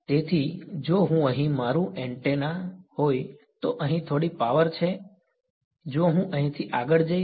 તેથી જો હું અહીં મારું એન્ટેના હોઉં તો અહીં થોડી પાવર છે જો હું અહીંથી આગળ જઈશ